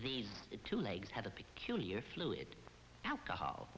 these two legs have a peculiar fluid alcohol